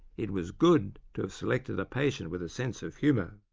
it was good to have selected a patient with a sense of humour!